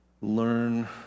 learn